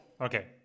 okay